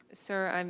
sir, and